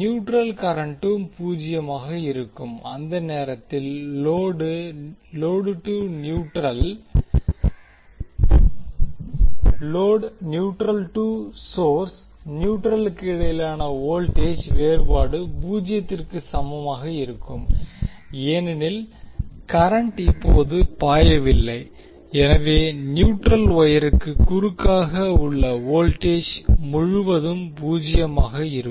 neutral கரன்ட்டும் பூஜ்ஜியமாக இருக்கும் அந்த நேரத்தில் லோடு நியூட்ரல் டு சோர்ஸ் நியூட்ரலுக்கு இடையிலான வோல்டேஜ் வேறுபாடு பூஜ்ஜியத்திற்கு சமமாக இருக்கும் ஏனெனில் கரண்ட் இப்போது பாயவில்லை எனவே நியூட்ரல் வொயருக்கு குறுக்காக உள்ள வோல்ட்டேஜ் முழுவதும் பூஜ்ஜியமாக இருக்கும்